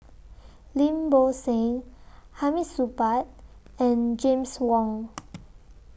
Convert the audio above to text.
Lim Bo Seng Hamid Supaat and James Wong